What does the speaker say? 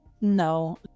No